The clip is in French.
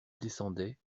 descendait